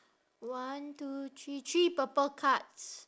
one two three three purple cards